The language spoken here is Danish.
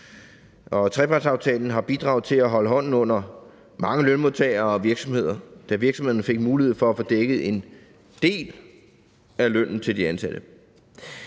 Trepartsaftalen har bidraget til at holde hånden under mange lønmodtagere og virksomheder, da virksomhederne fik mulighed for at få dækket en del af lønnen til de ansatte.